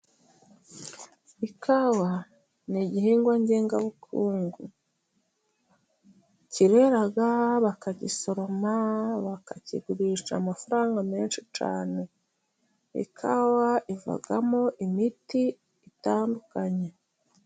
Ikawa ni igihingwa ngengabukungu. Kirera bakagisoroma bakakigurisha amafaranga menshi cyane. Ikawa ivagamo imiti itandukanye.